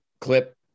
clip